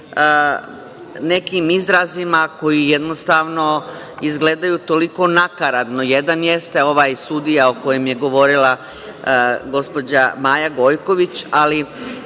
nekim izrazima koji jednostavno izgledaju toliko nakaradno. Jedan jeste ovaj sudija o kojem je govorila gospođa Maja Gojković, ali